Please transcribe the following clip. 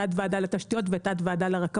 תת ועדה לתשתיות ותת ועדה לרכבות.